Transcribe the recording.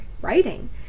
writing